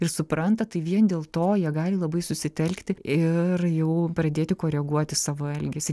ir supranta tai vien dėl to jie gali labai susitelkti ir jau pradėti koreguoti savo elgesį